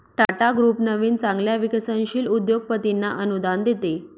Tata group नवीन चांगल्या विकसनशील उद्योगपतींना अनुदान देते